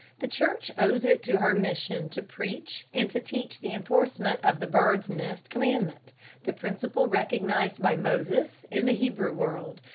the church owes it to her mission to preach and to teach the enforcement of the bird's nest commandment the principle recognized by moses in the hebrew world,